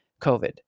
COVID